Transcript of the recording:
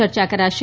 ચર્ચા કરાશે